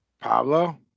Pablo